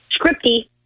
scripty